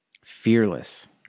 fearless